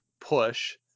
push